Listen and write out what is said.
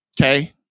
Okay